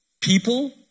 people